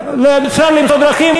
אפשר למצוא דרכים,